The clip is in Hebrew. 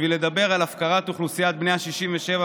לפני כמה חודשים צחקק בטלוויזיה, בפריים טיים,